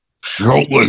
shortly